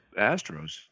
Astros